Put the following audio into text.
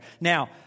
Now